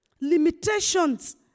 Limitations